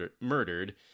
murdered